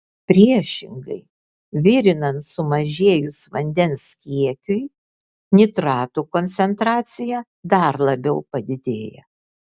priešingai virinant sumažėjus vandens kiekiui nitratų koncentracija dar labiau padidėja